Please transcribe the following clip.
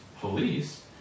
police